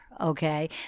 okay